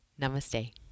Namaste